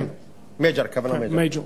הכוונה למייג'ור.